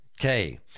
okay